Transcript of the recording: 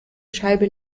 scheibe